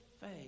faith